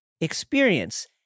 experience